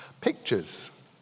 Pictures